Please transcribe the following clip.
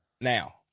Now